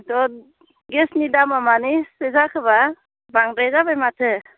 गेसनि दामा मानो एसे जाखोबा बांद्राय जाबाय माथो